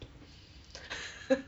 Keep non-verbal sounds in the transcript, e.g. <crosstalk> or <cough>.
<coughs> <breath> <laughs>